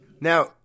now